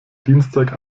dienstag